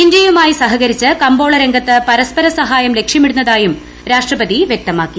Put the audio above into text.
ഇന്ത്യയുമായി സഹകരിച്ച് കമ്പോള രംഗത്ത് പരസ്പര സഹായം ലക്ഷ്യമിടുന്നതായും രാഷ്ട്രപതി വ്യക്തമാക്കി